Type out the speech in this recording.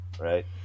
right